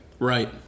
right